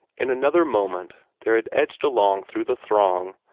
in another moment there had edged along through the throng,